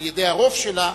על-ידי הרוב שלה,